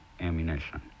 ammunition